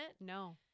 No